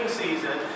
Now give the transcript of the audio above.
season